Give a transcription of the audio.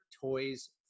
toys